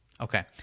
Okay